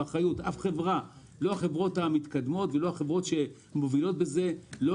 החברות המתקדמות והחברות שמובילות בזה לא